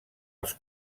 els